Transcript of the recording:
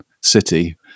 city